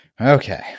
Okay